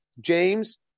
James